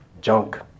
junk